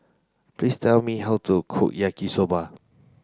please tell me how to cook Yaki Soba